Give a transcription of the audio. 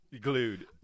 Glued